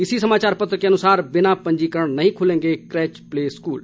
इसी समाचार पत्र के अनुसार बिना पंजीकरण नहीं ख्लेंगे क्रेच प्ले स्कूल